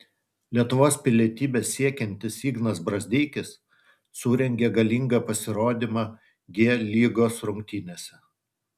lietuvos pilietybės siekiantis ignas brazdeikis surengė galingą pasirodymą g lygos rungtynėse